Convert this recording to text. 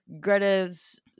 greta's